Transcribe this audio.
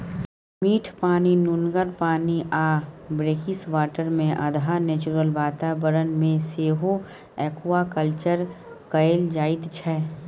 मीठ पानि, नुनगर पानि आ ब्रेकिसवाटरमे अधहा नेचुरल बाताबरण मे सेहो एक्वाकल्चर कएल जाइत छै